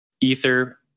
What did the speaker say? Ether